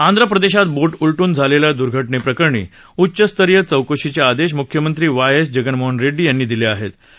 आंध प्रदेशात बोट उलटून झालेल्या दुर्घटनेप्रकरणी उच्चस्तरीय चौकशीच आदश्व मुख्यमंत्री वाय एस जगनमोहन रेडडी यांनी दिल आहव्व